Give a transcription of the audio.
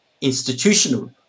institutional